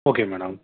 okay madam